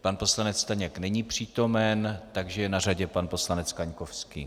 Pan poslanec Staněk není přítomen, takže je na řadě pan poslanec Kaňkovský.